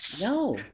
No